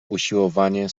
usiłowanie